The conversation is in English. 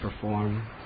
perform